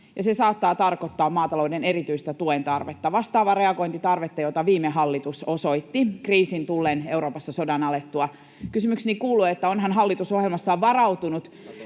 se saattaa tarkoittaa maatalouden erityistä tuen tarvetta, vastaavaa reagointitarvetta, jota viime hallitus osoitti kriisin tullen, sodan alettua Euroopassa. Kysymykseni kuuluu, että onhan hallitus ohjelmassaan varautunut